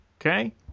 Okay